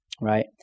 Right